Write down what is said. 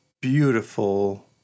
beautiful